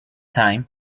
time